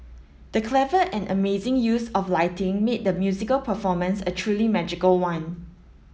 the clever and amazing use of lighting made the musical performance a truly magical one